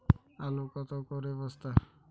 আলু কত করে বস্তা?